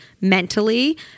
mentally